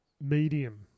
Medium